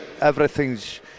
Everything's